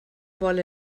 vol